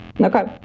Okay